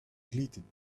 glittered